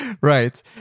Right